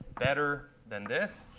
better than this.